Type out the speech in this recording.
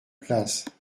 place